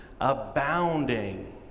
abounding